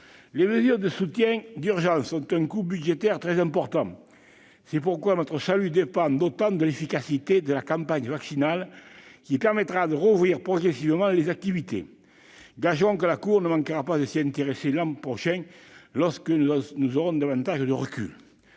Les mesures de soutien d'urgence ont un coût budgétaire très important. C'est pourquoi notre salut dépend autant de l'efficacité de la campagne vaccinale, qui permettra de rouvrir progressivement les activités. Gageons que la Cour ne manquera pas de s'y intéresser l'an prochain, lorsque nous aurons davantage de recul.